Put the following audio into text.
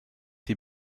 die